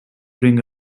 bring